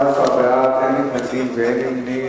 14 בעד, אין מתנגדים ואין נמנעים.